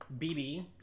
bb